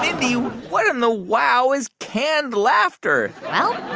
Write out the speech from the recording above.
mindy, what in the wow is canned laughter? well,